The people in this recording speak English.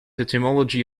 etymology